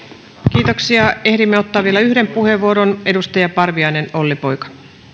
kiitoksia ehdimme ottaa vielä yhden puheenvuoron edustaja parviainen olli poika